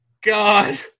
God